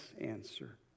answer